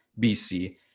BC